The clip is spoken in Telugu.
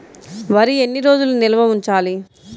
వరి ఎన్ని రోజులు నిల్వ ఉంచాలి?